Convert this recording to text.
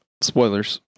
Spoilers